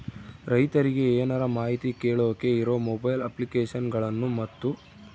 ರೈತರಿಗೆ ಏನರ ಮಾಹಿತಿ ಕೇಳೋಕೆ ಇರೋ ಮೊಬೈಲ್ ಅಪ್ಲಿಕೇಶನ್ ಗಳನ್ನು ಮತ್ತು?